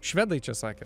švedai čia sakė